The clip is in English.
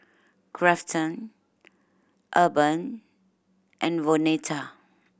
Grafton Urban and Vonetta